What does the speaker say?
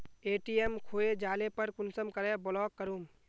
ATM खोये जाले पर कुंसम करे ब्लॉक करूम?